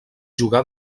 jugar